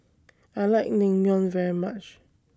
I like Naengmyeon very much